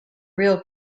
real